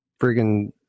friggin